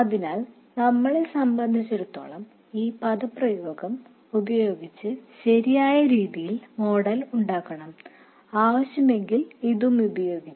അതിനാൽ നമ്മളെ സംബന്ധിച്ചിടത്തോളം ഈ എക്സ്പ്രെഷൻ ഉപയോഗിച്ച് ശരിയായ രീതിയിൽ മോഡൽ ഉണ്ടാക്കണം ആവശ്യമെങ്കിൽ ഇതും ഉപയോഗിച്ച്